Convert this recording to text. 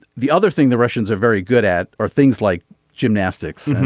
the other thing the russians are very good at are things like gymnastics.